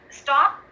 stop